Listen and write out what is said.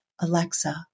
Alexa